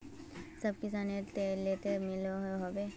सब किसानेर केते लोन मिलोहो होबे?